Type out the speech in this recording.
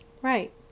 Right